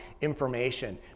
information